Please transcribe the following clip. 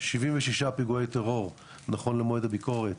76 פיגועי טרור נכון למועד הביקורת